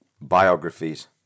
biographies